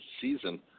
season